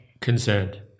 concerned